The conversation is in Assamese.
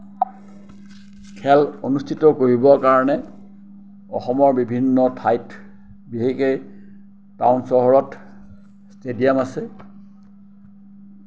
খেল অনুস্থিত কৰিবৰ কাৰণে অসমৰ বিভিন্ন ঠাইত বিশেষকে টাউন চহৰত ষ্টেডিয়াম আছে